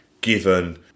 given